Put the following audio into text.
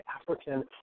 African